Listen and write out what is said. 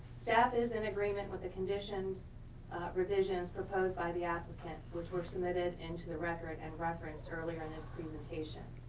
staff is in agreement with the conditions revisions proposed by the applicant, which were submitted into the record and referenced earlier in this presentation.